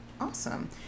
Awesome